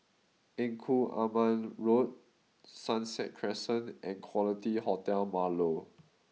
Engku Aman Road Sunset Crescent and Quality Hotel Marlow